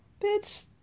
Bitch